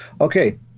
Okay